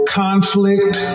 conflict